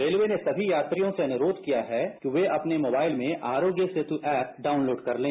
railway ने समी यात्रियों से अनुरोध किया है कि वे अपने मोबाइल में आरोग्य सेतु ऐप डाउनलोड कर लें